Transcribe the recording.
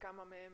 כמה מהם